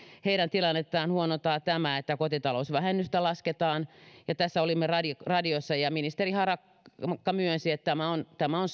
heidän tilannettaan huonontaa tämä että kotitalousvähennystä lasketaan tässä olimme radiossa radiossa ja ministeri harakka myönsi että tämä on tämä on